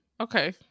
Okay